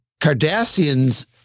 Cardassians